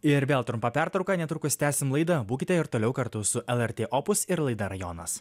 ir vėl trumpą pertrauką netrukus tęsim laida būkite ir toliau kartu su lrt opus ir laida rajonas